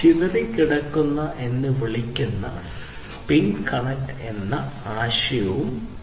ചിതറിക്കിടക്കുന്ന വലകൾ എന്ന് വിളിക്കപ്പെടുന്ന Piconet എന്ന ആശയം ഉണ്ട്